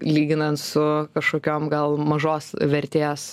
lyginant su kažkokiom gal mažos vertės